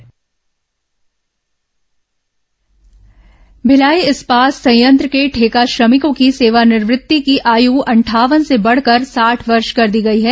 BSP ठेका श्रमिक भिलाई इस्पात संयंत्र के ठेका श्रमिकों की सेवानिवृत्ति की आयु अंठावन से बढ़ाकर साठ वर्ष कर दी गई है